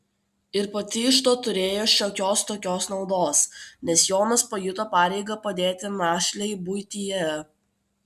ir pati iš to turėjo šiokios tokios naudos nes jonas pajuto pareigą padėti našlei buityje